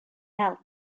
help